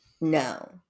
No